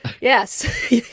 Yes